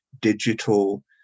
digital